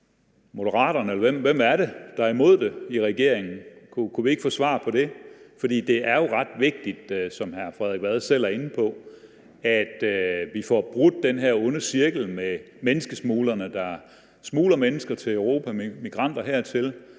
regeringen, der er imod det – kunne vi ikke få svar på det? For det er jo ret vigtigt, som hr. Frederik Vad selv er inde på, at vi får brudt den her onde cirkel med menneskesmuglerne, der smugler mennesker til Europa, altså migranter hertil,